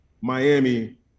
Miami